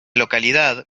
localidad